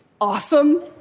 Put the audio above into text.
awesome